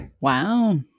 Wow